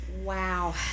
wow